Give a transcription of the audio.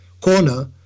corner